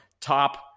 top